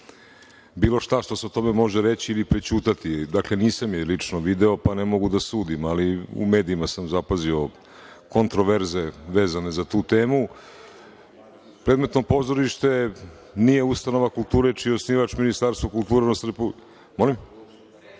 bilo šta što se o tome može reći ili prećutati. Dakle, nisam je lično video, pa ne mogu da sudim. Ali, u medijima sam zapazio kontroverze vezane za tu temu. Predmetno pozorište nije ustanova kulture čiji je osnivač Ministarstvo kulture…Govorim